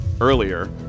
earlier